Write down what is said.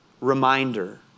reminder